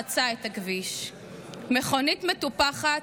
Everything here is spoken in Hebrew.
חצה את הכביש / מכונית מטופחת,